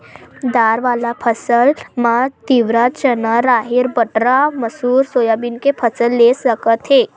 दार वाला फसल म तिंवरा, चना, राहेर, बटरा, मसूर, सोयाबीन के फसल ले सकत हे